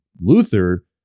luther